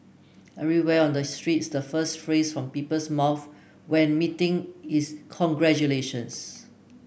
everywhere on the streets the first phrase from people's mouths when meeting is congratulations